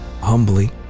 humbly